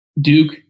Duke